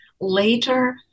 later